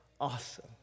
awesome